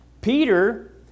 Peter